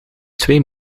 twee